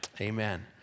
Amen